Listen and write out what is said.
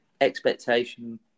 expectation